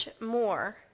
more